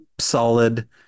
solid